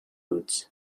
roads